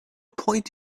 point